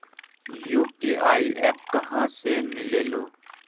UPI app कहा से मिलेलु?